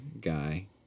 guy